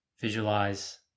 visualize